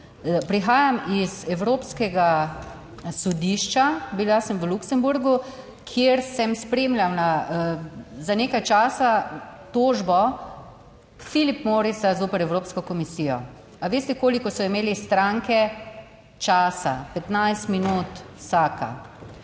Prihajam iz Evropskega sodišča, bila sem v Luksemburgu, kjer sem spremljala za nekaj časa tožbo Philip Morrisa zoper Evropsko komisijo. A veste koliko so imeli stranke časa? 15 minut vsaka.